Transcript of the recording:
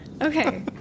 okay